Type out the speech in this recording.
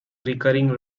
recurring